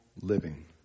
living